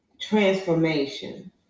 transformation